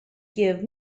give